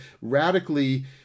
radically